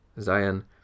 Zion